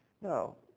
No